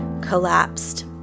collapsed